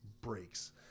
breaks